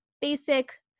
basic